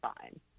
fine